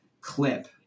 clip